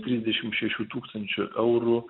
trisdešim šešių tūkstančių eurų